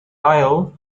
aisle